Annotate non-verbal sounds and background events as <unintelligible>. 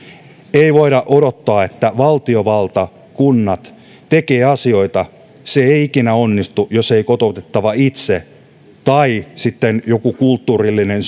ei voida odottaa että valtiovalta ja kunnat tekevät asioita se ei ikinä onnistu jos kotoutettava itse tai sitten joku kulttuurillinen <unintelligible>